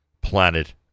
planet